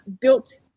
Built